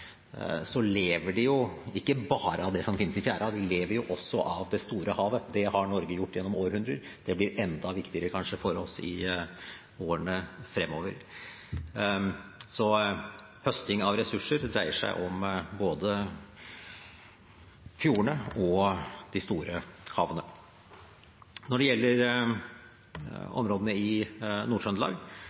lever de ikke bare av det som finnes i fjæra; de lever også av det store havet. Det har Norge gjort gjennom århundrer. Det blir kanskje enda viktigere for oss i årene fremover. Høsting av ressurser dreier seg om både fjordene og de store havene. Når det gjelder områdene i